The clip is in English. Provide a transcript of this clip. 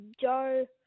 Joe